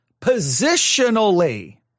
positionally